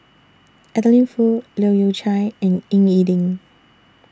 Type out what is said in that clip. Adeline Foo Leu Yew Chye and Ying E Ding